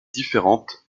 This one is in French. différentes